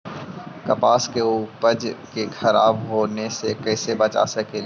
कपास के उपज के खराब होने से कैसे बचा सकेली?